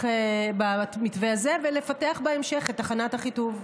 במתווה הזה ולפתח בהמשך את תחנת אחיטוב.